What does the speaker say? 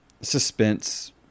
Suspense